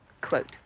Quote